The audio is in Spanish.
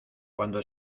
cuando